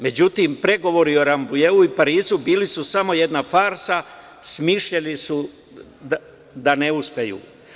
Međutim, pregovori u Rambujeu i Parizu bili su samo jedna farsa, smišljeni da ne uspeju.